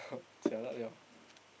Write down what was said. jialat [liao]